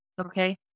Okay